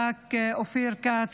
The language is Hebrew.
חברי הכנסת אופיר כץ,